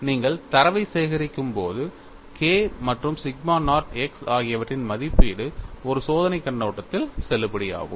நீங்கள் தரவைச் சேகரிக்கும் போது K மற்றும் சிக்மா நாட் x ஆகியவற்றின் மதிப்பீடு ஒரு சோதனைக் கண்ணோட்டத்தில் செல்லுபடியாகும்